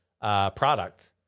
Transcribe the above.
product